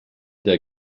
der